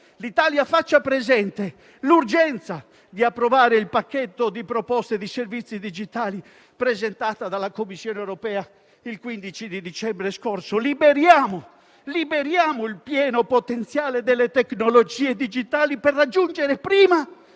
l'Italia faccia presente l'urgenza di approvare il pacchetto di proposte di servizi digitali presentata dalla Commissione europea il 15 dicembre scorso. Liberiamo il pieno potenziale delle tecnologie digitali per raggiungere prima